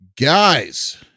guys